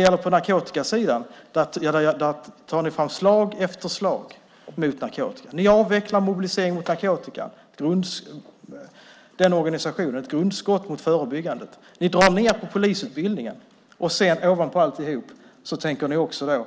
Men ni tar fram slag efter slag mot narkotikan. Ni avvecklar organisationen Mobilisering mot narkotika. Det är ett grundskott mot det förebyggande arbetet. Ni drar ned på polisutbildningen. Ovanpå allt detta tänker ni också,